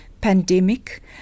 pandemic